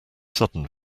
sudden